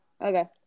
Okay